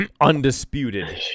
undisputed